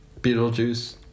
Beetlejuice